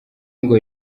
ngo